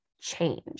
change